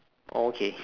oh okay